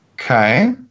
Okay